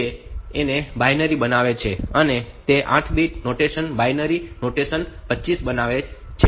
તેથી તે તેને બાઈનરી બનાવે છે આ તેને 8 બીટ નોટેશનમાં બાઈનરી 25 બનાવે છે